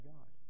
God